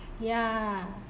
ya